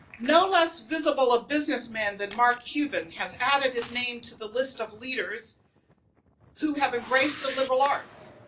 no less visible a businessman than mark cuban has added his name to the list of leaders who have embraced the liberal arts.